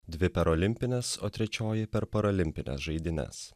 dvi per olimpines o trečioji per paralimpines žaidynes